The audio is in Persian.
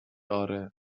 آره